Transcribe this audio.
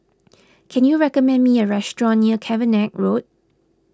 can you recommend me a restaurant near Cavenagh Road